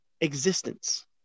existence